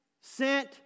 sent